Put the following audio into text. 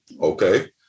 Okay